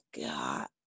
God